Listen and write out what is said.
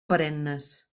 perennes